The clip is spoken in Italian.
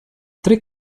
tre